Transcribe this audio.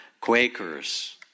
Quakers